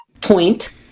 point